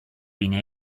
being